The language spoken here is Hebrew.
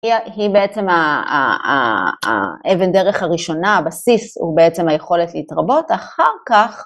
היא בעצם האבן דרך הראשונה, הבסיס הוא בעצם היכולת להתרבות, אחר כך